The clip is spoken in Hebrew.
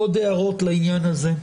עוד הערות לעניין הזה?